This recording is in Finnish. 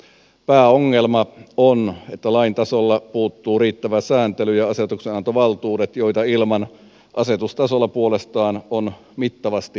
pääongelma on että lain tasolla puuttuu riittävä sääntely ja asetuksenantovaltuudet joita ilman asetustasolla puolestaan on mittavasti sääntelyä